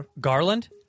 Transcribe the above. Garland